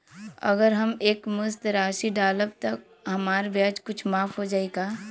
अगर हम एक मुस्त राशी डालब त हमार ब्याज कुछ माफ हो जायी का?